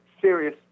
serious